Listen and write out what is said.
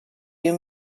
you